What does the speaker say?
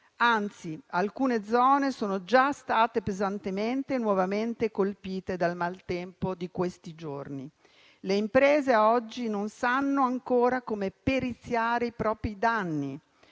anzi, alcune zone sono già state pesantemente e nuovamente colpite dal maltempo di questi giorni. Le imprese a oggi non sanno ancora come periziare i propri danni.